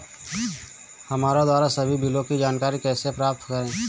हमारे द्वारा सभी बिलों की जानकारी कैसे प्राप्त करें?